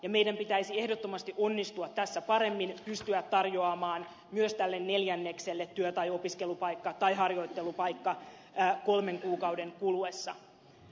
ja meidän pitäisi ehdottomasti onnistua tässä paremmin pystyä tarjoamaan myös tälle neljännekselle työ tai opiskelupaikka tai harjoittelupaikka kolmen kuukauden kuluessa